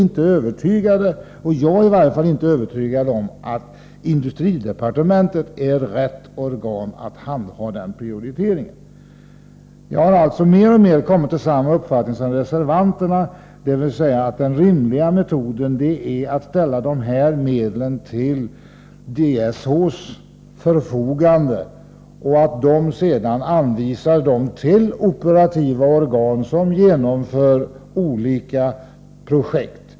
Jag är i varje fall inte övertygad om att industridepartementet är rätt organ att handha den prioriteringen. Jag har alltså mer och mer kommit till samma uppfattning som reservanterna, dvs. att den rimliga metoden är att ställa de här medlen till DSH:s förfogande och att delegationen sedan anvisar dem till operativa organ som genomför olika projekt.